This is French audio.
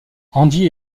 andy